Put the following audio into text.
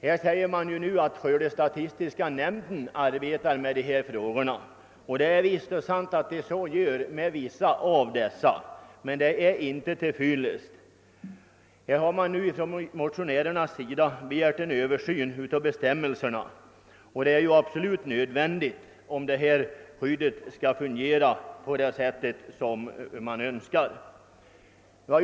Utskottet skriver att en översyn av metodiken för skördeuppskattning och ersättningsberäkning fortlöpande sker i skördestatistiska nämnden. Detta är självfallet riktigt, men det är inte till fyllest. Motionärerna har därför begärt en översyn av det obligatoriska skördeskadeskyddet, vilket är helt nödvändigt om skyddet skall kunna fungera på rätt sätt.